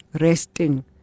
Resting